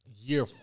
year